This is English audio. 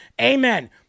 Amen